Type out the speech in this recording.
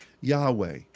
Yahweh